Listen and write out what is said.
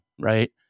right